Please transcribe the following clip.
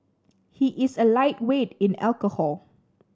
he is a lightweight in alcohol